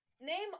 name